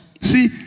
See